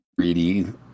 3D